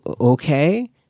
Okay